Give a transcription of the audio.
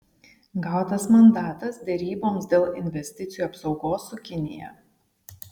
gautas mandatas deryboms dėl investicijų apsaugos su kinija